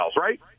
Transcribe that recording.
right